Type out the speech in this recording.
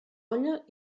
olla